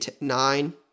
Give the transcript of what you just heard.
nine